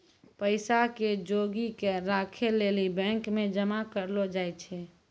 पैसा के जोगी क राखै लेली बैंक मे जमा करलो जाय छै